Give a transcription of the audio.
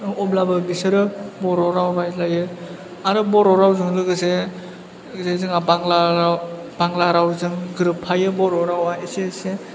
अब्लाबो बिसोरो बर' राव रायज्लायो आरो बर' रावजों लोगोसे ओरै जोंहा बांला राव बांला रावजों गोरोबफायो बर' रावा एसे एसे